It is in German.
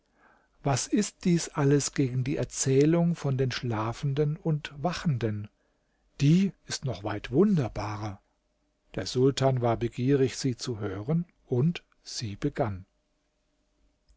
was ist dies alles gegen die erzählung von den schlafenden und wachenden die ist noch weit wunderbarere der sultan war begierig sie zu hören und sie begann